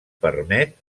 permet